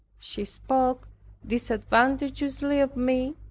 she spoke disadvantageously of me,